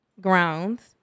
grounds